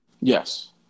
Yes